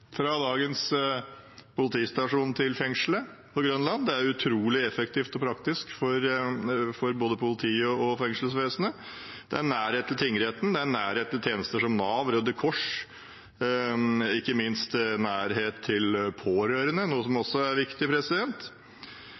til fengselet på Grønland. Det er utrolig effektivt og praktisk for både politiet og fengselsvesenet. Det er nærhet til tingretten, og det er nærhet til tjenester som Nav og Røde Kors. Det er ikke minst nærhet til pårørende, noe som også er viktig.